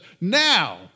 now